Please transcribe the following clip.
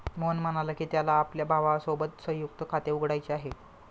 मोहन म्हणाला की, त्याला आपल्या भावासोबत संयुक्त खाते उघडायचे आहे